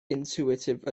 intuitive